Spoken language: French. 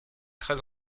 très